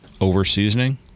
over-seasoning